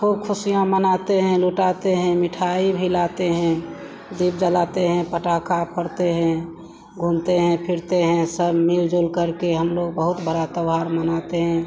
खुब ख़ुशियाँ मनाते हैं लुटाते हैं मिठाई भी लाते हैं दीप जलाते हैं पटाखा फोड़ते हैं घूमते हैं फिरते हैं सब मिलजुल करके हमलोग बहुत बड़ा त्योहार मनाते हैं